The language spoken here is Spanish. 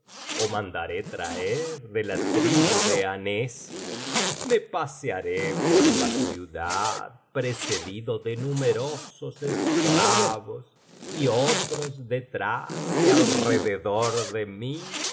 mandaré traer de la tribu de anezi me pasearé por la ciudad precedido de numerosos esclavos y otros detrás y alrededor de mí